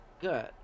good